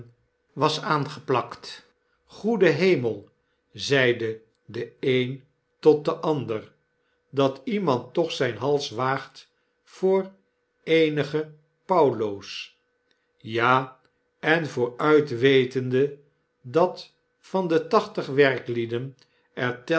was aangeplakt goede hemel zeide de een totdenander dat iemand toch zyn hals waagt voor eenige paulo's l ja en vooruit wetende dat van detachtig werklieden er